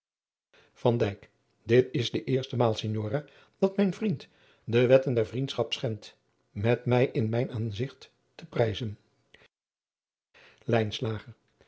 dit is de eerste maal signora dat mijn vriend de wetten der vriendschap schendt met mij in mijn aangezigt te prijzen